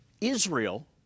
Israel